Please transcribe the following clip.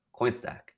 CoinStack